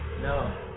No